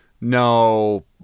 no